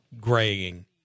graying